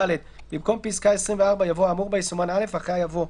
" במקום פסקה (24) יבוא: האמור בה יסומן (א) ואחריה יבוא: